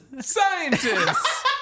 scientists